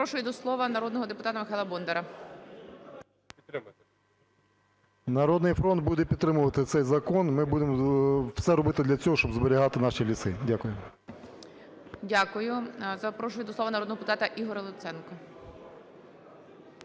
Запрошую до слова народного депутата Михайла Бондаря. 12:50:23 БОНДАР М.Л. "Народний фронт" буде підтримувати цей закон. Ми будемо все робити для цього, щоб зберігати наші ліси. Дякую. ГОЛОВУЮЧИЙ. Дякую. Прошу до слова народного депутата Ігоря Луценка.